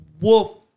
wolf